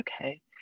okay